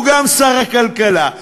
הוא גם שר הכלכלה,